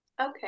Okay